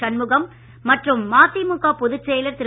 சண்முகம் மற்றும் மதிமுக பொதுச்செயலர் திரு